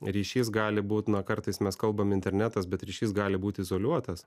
ryšys gali būt na kartais mes kalbam internetas bet ryšys gali būt izoliuotas